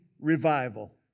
revival